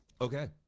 Okay